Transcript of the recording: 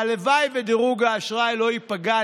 והלוואי שדירוג האשראי לא ייפגע.